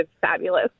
fabulous